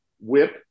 whip